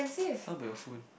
how about your phone